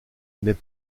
n’est